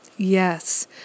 Yes